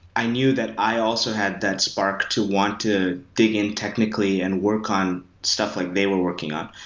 i knew that i also had that spark to want to dig in technically and work on stuff like they were working on.